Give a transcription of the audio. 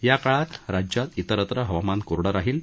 या काळात राज्यात इतरत्र हवामान कोरडं राहील